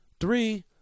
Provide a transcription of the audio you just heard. Three